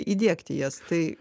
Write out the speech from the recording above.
įdiegti jas tai